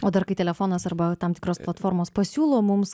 o dar kai telefonas arba tam tikros platformos pasiūlo mums